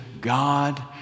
God